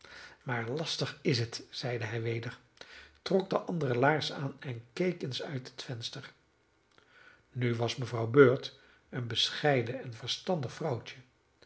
maar lastig is het zeide hij weder trok de andere laars aan en keek eens uit het venster nu was mevrouw bird een bescheiden en verstandig vrouwtje een vrouwtje